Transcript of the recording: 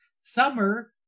Summer